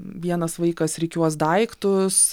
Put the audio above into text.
vienas vaikas rikiuos daiktus